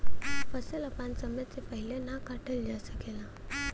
फसल आपन समय से पहिले ना काटल जा सकेला